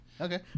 okay